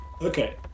Okay